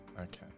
Okay